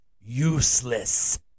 useless